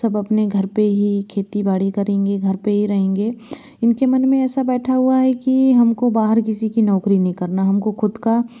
सब अपने घर पर ही खेती बाड़ी करेंगे घर पर ही रहेंगे इनके मन में ऐसा बैठा हुआ है कि हमको बाहर किसी की नौकरी नहीं करना हमको ख़ुद का